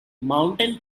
mountain